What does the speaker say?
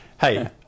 Hey